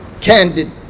candid